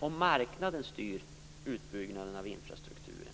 Om marknaden styr utbyggnaden av infrastrukturen